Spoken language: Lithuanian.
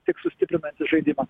tik sustiprinantis žaidimą